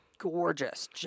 Gorgeous